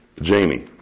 Jamie